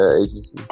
Agency